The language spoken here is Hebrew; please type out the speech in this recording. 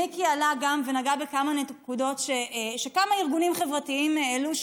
מיקי עלה גם ונגע בכמה נקודות שכמה ארגונים חברתיים העלו,